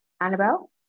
Annabelle